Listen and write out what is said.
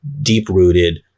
deep-rooted